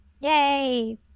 Yay